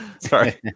Sorry